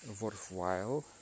worthwhile